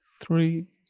three